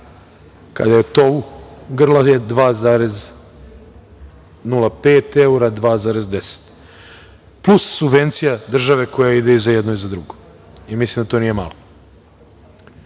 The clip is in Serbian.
kada je to u … 2,05 evra, 2.10, plus subvencija države koja ide i za jedno i za drugo. Mislim da to nije malo. Kako